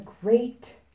great